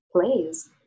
plays